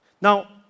Now